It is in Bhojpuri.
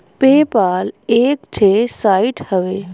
पे पाल एक ठे साइट हउवे